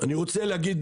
אני רוצה להגיד